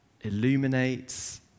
illuminates